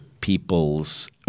people's –